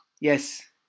yes